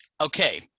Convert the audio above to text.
Okay